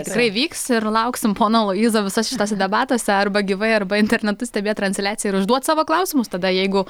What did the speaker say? tikrai vyks ir lauksim pono aloyzo visuose šituose debatuose arba gyvai arba internetu stebėt transliaciją ir užduoti savo klausimus tada jeigu